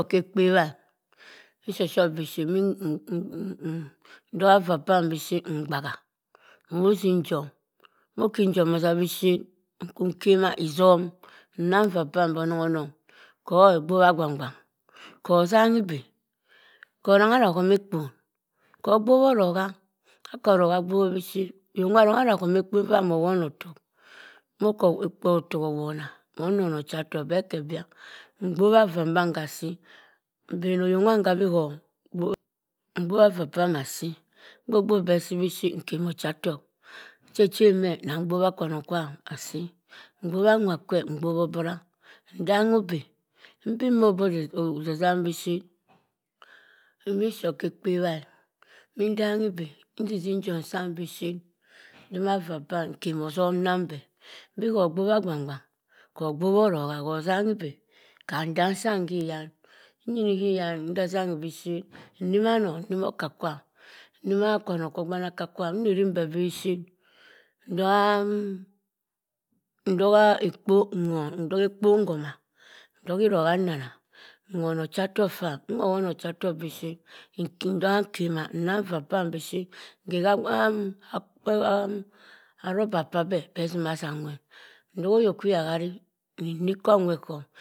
Khe ekpebha, nshoshop biship ntongha ha vaa pam biship mgbaha mosinjum. Mokinjum ossah biship. Nkwu nkema isom nnang vaa pam imbi onong onong. kho e gbobha agbang gbang, khor zanghi tbu khor rongha adah homa ekpon. khor gbobha orongha akah oroha agbobhi biship. Oyok nwa rong adah khoma ekpon ffa mowonotok. Mokotok owona, mo nona ochatok veh kha byah. Mgboh ha vaa mbang asii. mbenoyok nwanghkha bii kho mgbobha vaa pam asii, mgbo gbob beh asi bishit nkema ochatok. nche cher meh nna mgbobha kwanong kwam asii. mgbobha nwa kwe. mgbobhi obarah nsangho nwa kwe, mgbobhi obarah. Nsangho obi nbin meh abii osisang bishit. mbi nshop khekpebha e mintanghi ibi, nsisi njom sam bishit ntima vaa pam nkema osom nnang beh. mbi hor gbogha agbang gbang. kho gbogho orogha. kho sanghi ibii. ham nzang sam hyam. Nyini hyan nsasangi bishit nnimah anong. nnimah oka kwam. nnima kwanong kwo ogbanakakwam nrim mbeh bishit ntoha ekpon nhoma, ntogha ekpon nhoma ntogha iroha nnona nwon ochatok ffam nwowon ochatok bishit ntogha nkemah nnang vaa pam bishit nkhe haa rubber pabeh beh zima aza nwert. Nsogha ayok kwi hahari ndi nnikk koh enwert ghom.